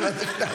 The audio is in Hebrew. מה זה שנ"ב?